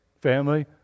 family